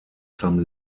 some